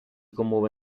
commuove